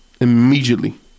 immediately